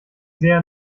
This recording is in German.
sehr